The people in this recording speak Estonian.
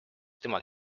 tema